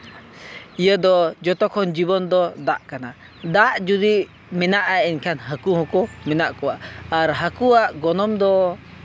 ᱤᱭᱟᱹ ᱫᱚ ᱡᱚᱛᱚ ᱠᱷᱚᱱ ᱡᱤᱵᱚᱱ ᱫᱚ ᱫᱟᱜ ᱠᱟᱱᱟ ᱫᱟᱜ ᱡᱩᱫᱤ ᱢᱮᱱᱟᱜᱼᱟ ᱮᱱᱠᱷᱟᱱ ᱦᱟᱹᱠᱩ ᱦᱚᱸᱠᱚ ᱢᱮᱱᱟᱜ ᱠᱚᱣᱟ ᱟᱨ ᱦᱟᱹᱠᱩᱣᱟᱜ ᱜᱚᱱᱚᱝ ᱫᱚ